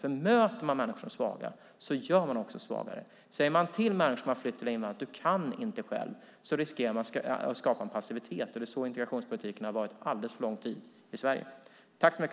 Bemöter man människor som svaga gör man dem också svagare. Säger man till människor som har flytt eller invandrat att de inte kan själva riskerar man att skapa passivitet. Det är sådan integrationspolitiken har varit under alldeles för lång tid i Sverige.